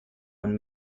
when